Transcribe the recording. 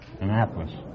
Annapolis